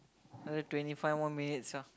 another twenty five minutes ah